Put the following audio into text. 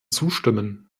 zustimmen